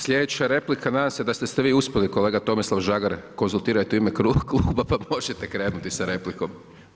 Sljedeća replika, nadam se da ste se vi uspjeli kolega Tomislav Žagar konzultirat u ime kluba pa možete krenuti sa replikom.